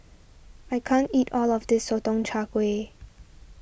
I can't eat all of this Sotong Char Kway